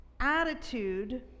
attitude